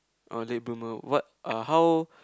a late bloomer what uh how